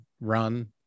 run